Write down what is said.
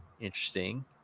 Interesting